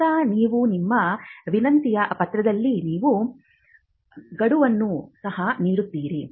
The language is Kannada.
ಈಗ ನೀವು ನಿಮ್ಮ ವಿನಂತಿಯ ಪತ್ರದಲ್ಲಿ ನೀವು ಗಡುವನ್ನು ಸಹ ನೀಡುತ್ತೀರಿ